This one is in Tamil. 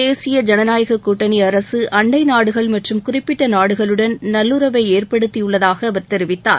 தேசிய ஜனநாயக கூட்டணி அரசு அண்டை நாடுகள் மற்றும் குறிப்பிட்ட நாடுகளுடன் நல்லுறவை ஏற்படுத்தியுள்ளதாக அவர் தெரிவித்தார்